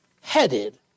headed